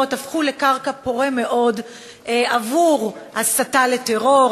הפכו לקרקע פורה מאוד להסתה לטרור,